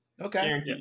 Okay